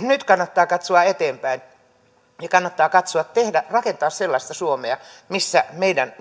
nyt kannattaa katsoa eteenpäin ja kannattaa rakentaa sellaista suomea missä meidän